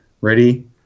Ready